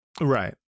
Right